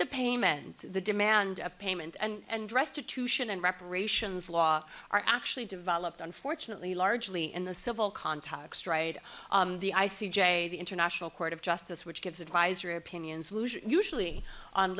the payment the demand of payment and restitution and reparations law are actually developed unfortunately largely in the civil context right the i c j the international court of justice which gives advisory opinion usually on